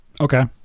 Okay